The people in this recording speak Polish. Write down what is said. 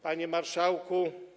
Panie Marszałku!